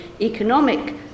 economic